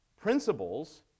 Principles